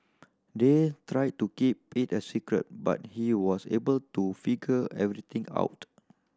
they tried to keep it a secret but he was able to figure everything out